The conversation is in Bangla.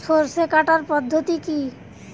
সরষে কাটার পদ্ধতি কি?